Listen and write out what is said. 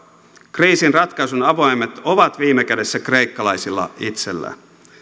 kriisin ratkaisun avaimet ovat viime kädessä kreikkalaisilla itsellään